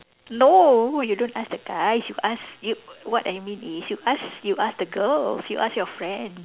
no you don't ask the guys you ask you what I mean is you ask you ask the girls you ask your friends